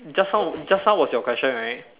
just now just now was your question right